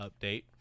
update